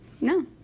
no